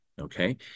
okay